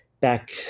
back